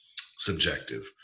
subjective